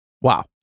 Wow